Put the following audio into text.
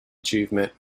achievement